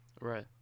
right